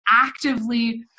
actively